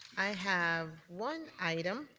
i have one item.